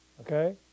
Okay